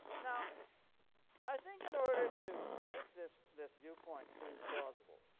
now i think in order to make this this viewpoint seem plausible,